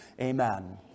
amen